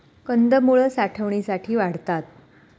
कंदमुळं साठवणीसाठी वाढतात